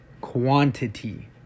quantity